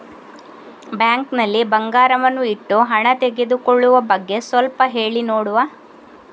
Bank ನಲ್ಲಿ ಬಂಗಾರವನ್ನು ಇಟ್ಟು ಹಣ ತೆಗೆದುಕೊಳ್ಳುವ ಬಗ್ಗೆ ಸ್ವಲ್ಪ ಹೇಳಿ ನೋಡುವ?